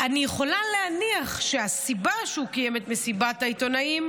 אני יכולה להניח שהסיבה שהוא קיים את מסיבת העיתונאים,